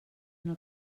una